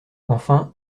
enfin